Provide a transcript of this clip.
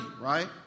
right